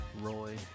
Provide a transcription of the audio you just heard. Roy